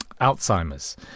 Alzheimer's